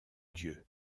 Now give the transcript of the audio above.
dieu